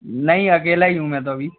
नहीं अकेला ही हूँ मैं तो अभी